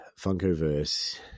Funkoverse